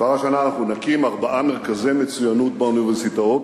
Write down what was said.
כבר השנה אנחנו נקים ארבעה מרכזי מצוינות באוניברסיטאות,